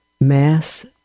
Mass